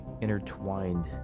intertwined